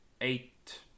eight